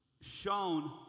Shown